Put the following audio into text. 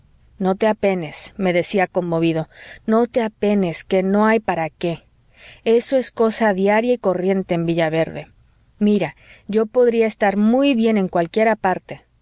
no te apenes me decía conmovido no te apenes que no hay para qué eso es cosa diaria y corriente en villaverde mira yo podría estar muy bien en cualquiera parte